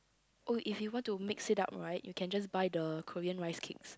oh if you want to mix it up right you can just buy the Korean rice cakes